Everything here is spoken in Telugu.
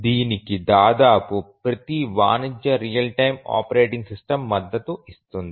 దీనికి దాదాపు ప్రతి వాణిజ్య రియల్ టైమ్ ఆపరేటింగ్ సిస్టమ్ మద్దతు ఇస్తుంది